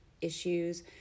issues